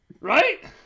Right